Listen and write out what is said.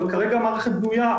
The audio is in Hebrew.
אבל המערכת בנויה,